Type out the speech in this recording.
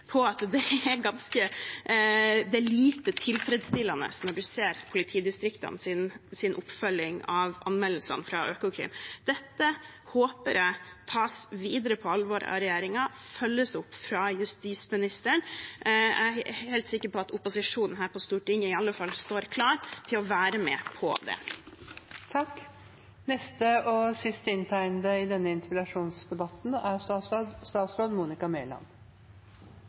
på at det er lite tilfredsstillende når en ser politidistriktenes oppfølging av anmeldelsene fra Økokrim. Dette håper jeg videre tas på alvor av regjeringen og følges opp av justisministeren. Jeg er helt sikker på at opposisjonen her på Stortinget i alle fall står klar til å være med på det. Jeg er glad for den interpellasjonen som representanten Kaski har fremmet. Jeg er